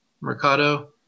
Mercado